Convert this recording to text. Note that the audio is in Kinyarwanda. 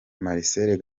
marcel